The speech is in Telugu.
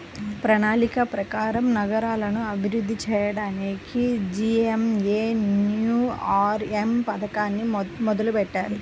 ప్రణాళిక ప్రకారం నగరాలను అభివృద్ధి చెయ్యడానికి జేఎన్ఎన్యూఆర్ఎమ్ పథకాన్ని మొదలుబెట్టారు